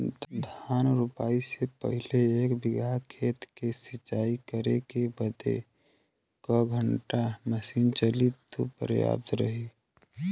धान रोपाई से पहिले एक बिघा खेत के सिंचाई करे बदे क घंटा मशीन चली तू पर्याप्त होई?